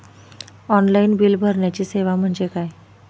Online bill भरण्याची सेवा म्हणजे काय?